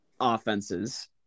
offenses